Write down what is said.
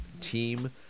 team